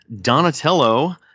Donatello